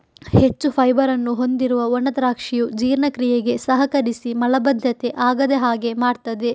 ಹೆಚ್ಚು ಫೈಬರ್ ಅನ್ನು ಹೊಂದಿರುವ ಒಣ ದ್ರಾಕ್ಷಿಯು ಜೀರ್ಣಕ್ರಿಯೆಗೆ ಸಹಕರಿಸಿ ಮಲಬದ್ಧತೆ ಆಗದ ಹಾಗೆ ಮಾಡ್ತದೆ